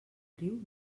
riu